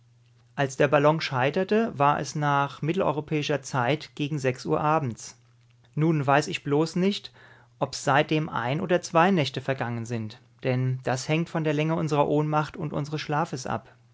als der ballon scheiterte war es nach mitteleuropäischer zeit gegen sechs uhr abends nun weiß ich bloß nicht ob seitdem ein oder zwei nächte vergangen sind denn das hängt von der länge unserer ohnmacht und unseres schlafes ab